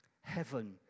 Heaven